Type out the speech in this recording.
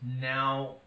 now